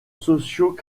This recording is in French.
sociaux